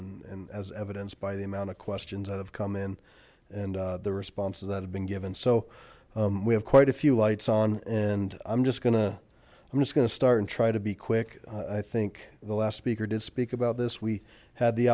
and and as evidenced by the amount of questions that have come in and the responses that have been given so we have quite a few lights on and i'm just gonna i'm just going to start and try to be quick i think the last speaker did speak about this we had the